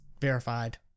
verified